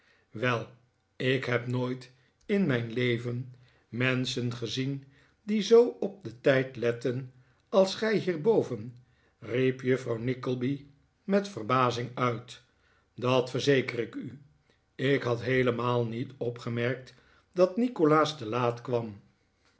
wel ik heb nooit in mijn leven menschen gezien die zoo op den tijd letten als gij hierboven riep juffrouw nickleby met verbazing uit dat verzeker ik u ik had heele'maal niet opgemerkt dat nikolaas te laat kwam